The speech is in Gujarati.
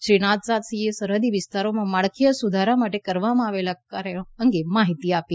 શ્રી રાજનાથસિંહે સરહદી વિસ્તારોમાં માળખાકીય સુધારા માટે કરવામાં આવી રહેલા કાર્યો અંગે માહિતી આપી